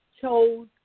chose